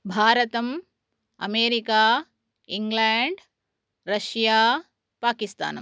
भारतम् America England Russia पाकिस्तानम्